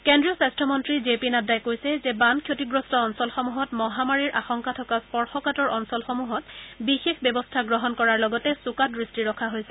কেন্দ্ৰীয় স্বাস্থ্যমন্নী J P নাড্ডাই কৈছে যে বানক্ষতিগ্ৰস্ত অঞ্চলসমূহত মহামাৰীৰ আশংকাত স্পৰ্শকাতৰ অঞ্চলসমূহত বিশেষ ব্যৱস্থা গ্ৰহণ কৰাৰ লগতে চোকা দৃষ্টি ৰখা হৈছে